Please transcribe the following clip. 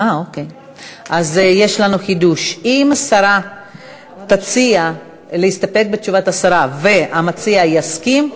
אז יש לנו חידוש: אם השרה תציע להסתפק בתשובת השרה והמציע יסכים,